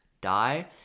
die